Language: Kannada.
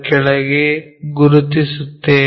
ಕೆಳಗೆ ಗುರುತಿಸುತ್ತೇವೆ